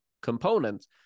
components